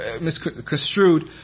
misconstrued